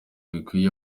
bikwiye